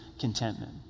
contentment